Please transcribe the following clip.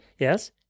Yes